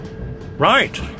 Right